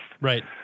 Right